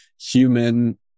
human